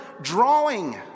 drawing